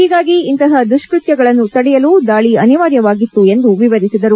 ಹೀಗಾಗಿ ಇಂತಹ ದುಷ್ಪತ್ತಗಳನ್ನು ತಡೆಯಲು ದಾಳಿ ಅನಿವಾರ್ಯವಾಗಿತ್ತು ಎಂದು ವಿವರಿಸಿದರು